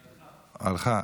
הלכה.